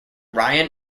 ryan